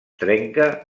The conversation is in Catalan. trenca